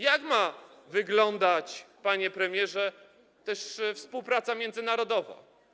Jak ma wyglądać, panie premierze, współpraca międzynarodowa?